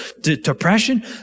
depression